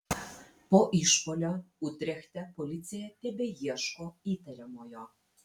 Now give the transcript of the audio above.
po išpuolio utrechte policija tebeieško įtariamojo